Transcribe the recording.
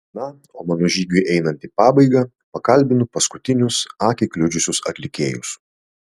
na o mano žygiui einant į pabaigą pakalbinu paskutinius akį kliudžiusius atlikėjus